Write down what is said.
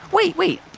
wait. wait.